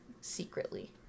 secretly